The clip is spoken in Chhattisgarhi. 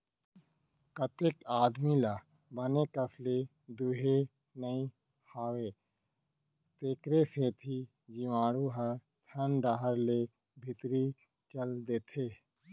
कतेक आदमी ल बने कस ले दुहे नइ आवय तेकरे सेती जीवाणु ह थन डहर ले भीतरी चल देथे